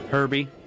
Herbie